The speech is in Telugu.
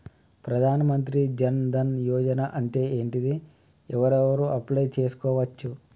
ప్రధాన మంత్రి జన్ ధన్ యోజన అంటే ఏంటిది? ఎవరెవరు అప్లయ్ చేస్కోవచ్చు?